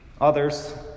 Others